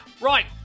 Right